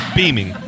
beaming